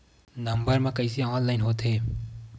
Number मा कइसे online होथे?